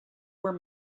were